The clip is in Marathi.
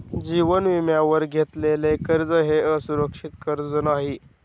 जीवन विम्यावर घेतलेले कर्ज हे असुरक्षित कर्ज नाही